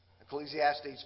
Ecclesiastes